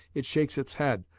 it shakes its head,